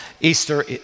Easter